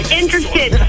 interested